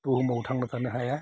बुहुमाव थांना थानो हाया